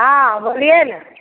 हाँ बोलिये ने